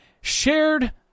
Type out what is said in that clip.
shared